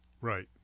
Right